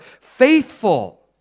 faithful